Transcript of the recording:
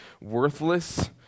worthless